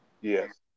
Yes